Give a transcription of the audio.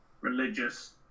religious